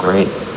great